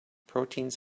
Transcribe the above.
proteins